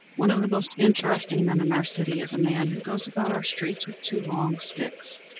one of the most interesting men in our city is a man who goes about our streets with two long sticks.